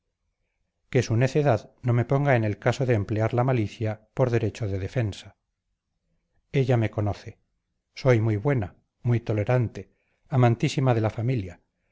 que su necedad no me ponga en el caso de emplear la malicia por derecho de defensa ella me conoce soy muy buena muy tolerante amantísima de la familia